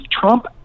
Trump